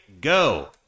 Go